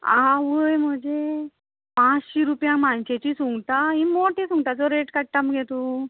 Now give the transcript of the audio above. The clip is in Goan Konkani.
आवय म्हजे पांश्शी रुपया मानशेचीं सुंगटां हीं मोटी सुंगटाचो रेट काडटा मगे तूं